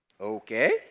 okay